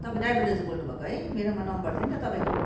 तपाईँ ड्राइभर दाजु बोल्नु भएको है मेरोमा नम्बर थियो नि त तपाईँको